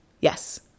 yes